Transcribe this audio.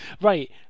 right